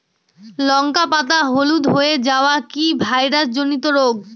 লঙ্কা পাতা হলুদ হয়ে যাওয়া কি ভাইরাস জনিত রোগ?